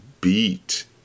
beat